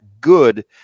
good